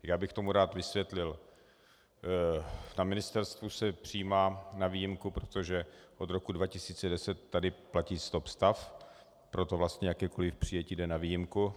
Já bych k tomu rád vysvětlil: Na ministerstvu se přijímá na výjimku, protože od roku 2010 tady platí stopstav, proto vlastně jakékoli přijetí jde na výjimku.